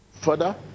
further